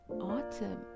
Autumn